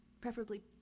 Preferably